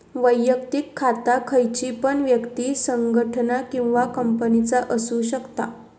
वैयक्तिक खाता खयची पण व्यक्ति, संगठना किंवा कंपनीचा असु शकता